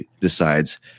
decides